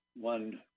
one